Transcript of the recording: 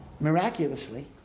miraculously